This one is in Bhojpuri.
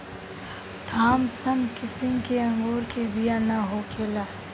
थामसन किसिम के अंगूर मे बिया ना होखेला